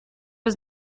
was